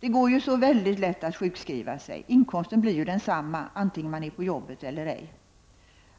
Det går ju så väldigt lätt att sjukskriva sig. Inkomsten blir ju densamma vare sig man är på jobbet eller ej.